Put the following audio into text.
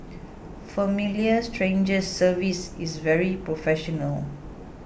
Familiar Strangers service is very professional